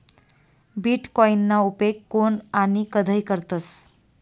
बीटकॉईनना उपेग कोन आणि कधय करतस